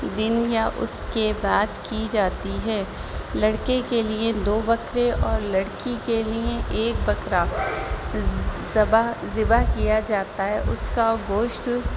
دن یا اس کے بعد کی جاتی ہے لڑکے کے لیے دو بکرے اور لڑکی کے لیے ایک بکرا ذبح ذبح کیا جاتا ہے اس کا گوشت